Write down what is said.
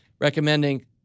recommending